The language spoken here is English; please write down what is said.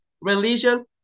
religion